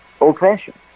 old-fashioned